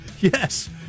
yes